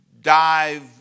dive